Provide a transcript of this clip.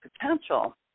potential